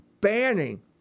banning